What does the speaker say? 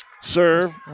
serve